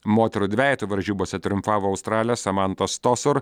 moterų dvejetų varžybose triumfavo australė samanta stosor